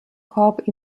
corps